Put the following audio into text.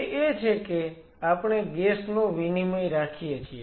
તે એ છે કે આપણે ગેસ નો વિનિમય રાખીએ છીએ